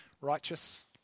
righteous